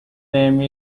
name